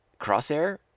Crosshair